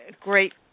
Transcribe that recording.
great